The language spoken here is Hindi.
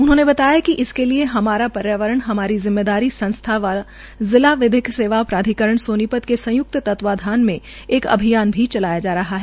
उन्होंने बताया कि इसके लिये हमारा र्यावरण हमारी जिम्मेदारी संस्था व जिला विधिक प्राधिकरण सोनी त के संयुक्त तत्वाधन में एक अभियान भी चलाया जा रहा है